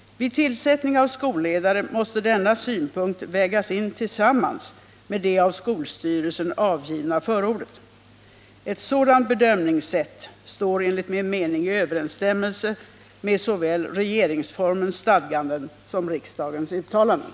Vid tillsättning av skolledare måste denna synpunkt vägas in tillsammans med det av skolstyrelsen avgivna förordet. Ett sådant bedömningssätt står enligt min mening i överensstämmelse med såväl regeringsformens stadganden som riksdagens uttalanden.